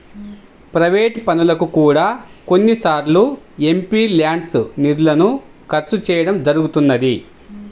private పనులకు కూడా కొన్నిసార్లు ఎంపీల్యాడ్స్ నిధులను ఖర్చు చేయడం జరుగుతున్నది